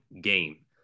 game